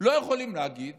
לא יכולים להגיד